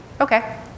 Okay